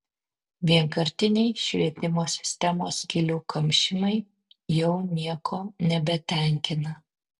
vienkartiniai švietimo sistemos skylių kamšymai jau nieko nebetenkina